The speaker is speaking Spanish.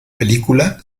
película